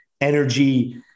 energy